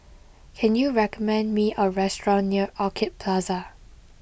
can you recommend me a restaurant near Orchid Plaza